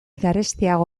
garestiago